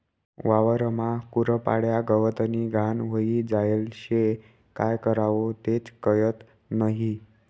वावरमा कुरपाड्या, गवतनी घाण व्हयी जायेल शे, काय करवो तेच कयत नही?